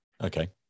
Okay